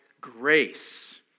grace